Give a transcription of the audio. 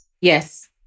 Yes